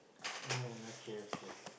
um okay okay